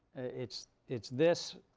it's it's this,